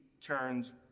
turns